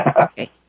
Okay